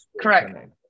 Correct